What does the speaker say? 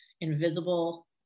invisible